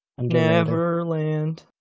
Neverland